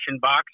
box